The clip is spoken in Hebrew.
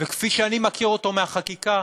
וכפי שאני מכיר אותו מהחקיקה,